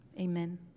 amen